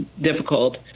difficult